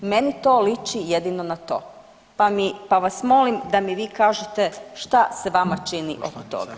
Meni to liči jedino na to, pa vas molim da mi vi kažete šta se vama čini oko toga?